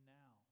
now